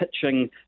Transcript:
pitching